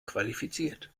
qualifiziert